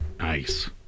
Nice